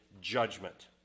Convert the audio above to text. judgment